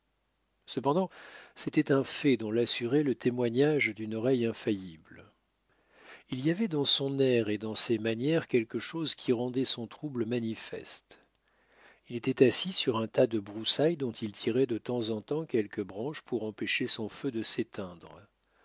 cependant c'était un fait dont l'assurait le témoignage d'une oreille infaillible il y avait dans son air et dans ses manières quelque chose qui rendait son trouble manifeste il était assis sur un tas de broussailles dont il tirait de temps en temps quelques branches pour empocher son feu de s'éteindre